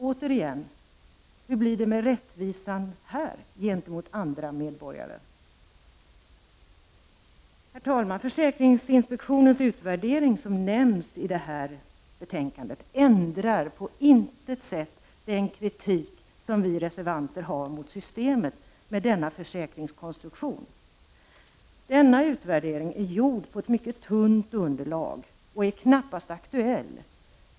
Återigen: Hur blir det med rättvisan här gentemot andra medborgare? Herr talman! Försäkringsinspektionens utvärdering, som nämns i det här betänkandet, ändrar på intet sätt den kritik som vi reservanter har mot systemet med denna försäkringskonstruktion. Denna utvärdering är gjord på ett mycket tunt underlag och är knappast aktuell.